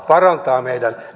parantaa meidän